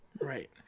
right